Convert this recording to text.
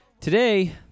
today